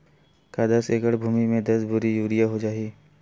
का दस एकड़ भुमि में दस बोरी यूरिया हो जाही?